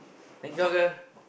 thank you uncle